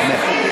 תתחיל.